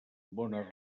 bones